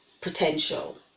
potential